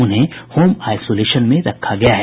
उन्हें home isolation में रखा गया है